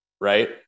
right